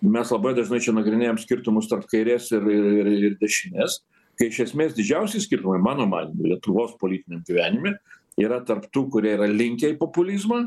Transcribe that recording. mes labai dažnai čia nagrinėjam skirtumus tarp kairės ir ir ir ir dešinės kai iš esmės didžiausi skirtumai mano manymu lietuvos politiniam gyvenime yra tarp tų kurie yra linkę į populizmą